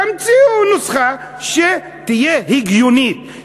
תמציאו נוסחה שתהיה הגיונית,